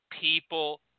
people